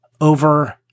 over